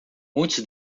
muitos